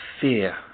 fear